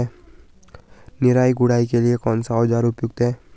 निराई गुड़ाई के लिए कौन सा औज़ार उपयुक्त है?